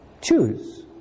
Choose